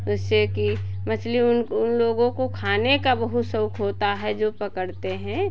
उससे कि मछली उन उन लोगों को खाने का बहुत शौक होता है जो पकड़ते हैं